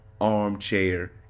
armchair